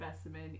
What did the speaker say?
specimen